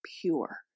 pure